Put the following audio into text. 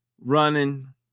running